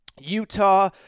Utah